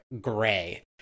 gray